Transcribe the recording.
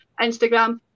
Instagram